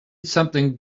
something